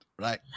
Right